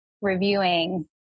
reviewing